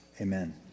Amen